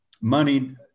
money